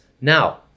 Now